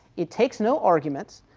it takes no arguments,